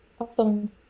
awesome